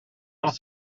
els